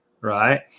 right